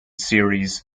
series